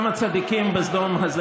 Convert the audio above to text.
סיכוי שיימצאו פה כמה צדיקים בסדום הזה